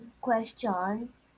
questions